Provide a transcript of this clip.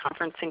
Conferencing